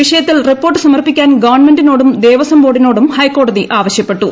വിഷയത്തിൽ റിപ്പോർട്ട് സമർപ്പിക്കാൻ ഗവൺമെന്റിനോടും ദേവസ്വം ബോർഡിനോടും ഹൈക്കോടതി ആവശ്യപ്പെട്ടു